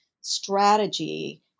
strategy